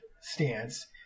stance